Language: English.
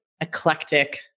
eclectic